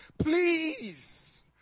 Please